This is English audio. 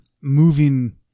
moving